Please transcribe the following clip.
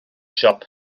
siop